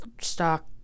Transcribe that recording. stock